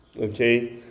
Okay